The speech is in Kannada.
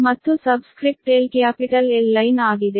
ಮತ್ತು subscript L capital L line ಆಗಿದೆ